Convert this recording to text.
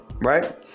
right